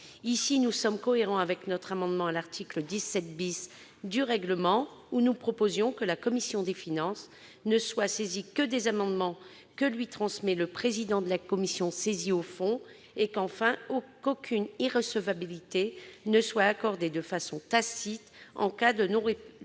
Ici, nous sommes cohérents avec notre amendement à l'article 17 du règlement, par lequel nous proposions que la commission des finances soit saisie des seuls amendements que lui transmet le président de la commission saisie au fond. Nous proposons, enfin, qu'aucune irrecevabilité ne soit accordée de façon tacite en cas de non-réponse